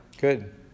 Good